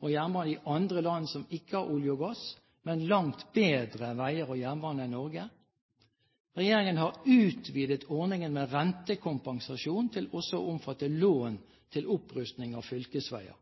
og jernbane i andre land som ikke har olje og gass, men langt bedre veier og jernbane enn Norge? Regjeringen har utvidet ordningen med rentekompensasjon til også å omfatte lån til opprusting av fylkesveier.